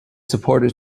supporters